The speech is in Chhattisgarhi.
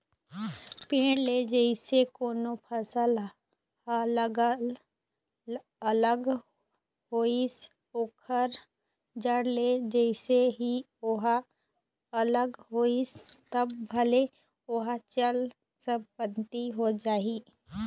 पेड़ ले जइसे कोनो फसल ह अलग होइस ओखर जड़ ले जइसे ही ओहा अलग होइस तब भले ओहा चल संपत्ति हो जाही